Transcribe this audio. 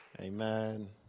amen